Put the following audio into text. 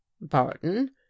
Barton